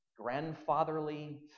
grandfatherly